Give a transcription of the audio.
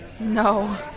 No